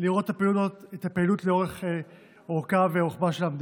לראות את הפעילות לאורכה ולרוחבה של המדינה.